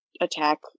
attack